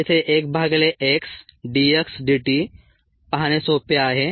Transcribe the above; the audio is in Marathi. येथे 1 भागिले x d x dt पाहणे सोपे आहे